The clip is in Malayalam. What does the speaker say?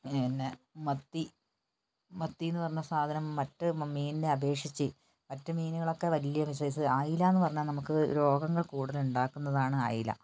പിന്നെ മത്തി മത്തിയെന്നു പറഞ്ഞ സാധനം മറ്റു മീനിനെ അപേക്ഷിച്ച് മറ്റു മീനുകളൊക്കെ വലിയൊരു സൈസ് അയിലയെന്നു പറഞ്ഞാൽ നമുക്ക് രോഗങ്ങൾ കൂടുതൽ ഉണ്ടാക്കുന്നതാണ് അയില